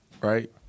Right